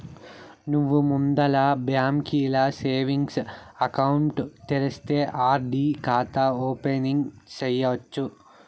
నువ్వు ముందల బాంకీల సేవింగ్స్ ఎకౌంటు తెరిస్తే ఆర్.డి కాతా ఓపెనింగ్ సేయచ్చు